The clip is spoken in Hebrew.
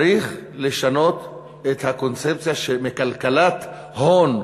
צריך לשנות את הקונספציה: מכלכלת הון,